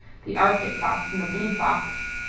the arctic fox and the blue fox.